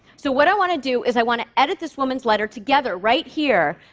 so what i want to do is i want to edit this woman's letter together, right here,